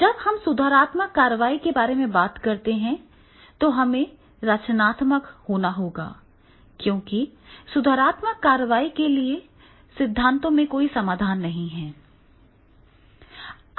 जब हम सुधारात्मक कार्रवाई के बारे में बात करते हैं तो हमें रचनात्मक होना होगा क्योंकि सुधारात्मक कार्रवाई के लिए सिद्धांतों में कोई समाधान नहीं है